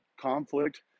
conflict